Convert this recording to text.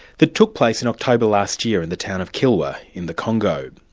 that took place in october last year in the town of kilwa in the congo.